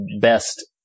best